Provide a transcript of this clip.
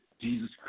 Jesus